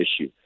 issue